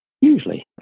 usually